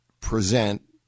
present